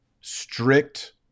strict